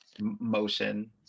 motion